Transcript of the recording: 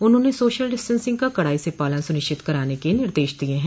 उन्होंने social distancing का कड़ाई से पालन सुनिश्चित कराने के निर्देश दिए है